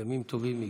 ימים טובים הגיעו.